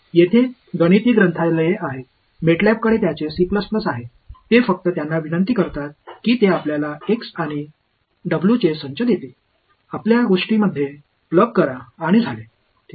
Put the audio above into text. तेथे गणिती ग्रंथालये आहेत मॅटलाबकडे त्याचे C आहे ते फक्त त्यांना विनंती करतात की ते आपल्याला x चे आणि w चे संच देतील आपल्या गोष्टीमध्ये प्लग करा आणि झाले ठीक आहे